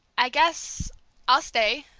i guess i'll stay!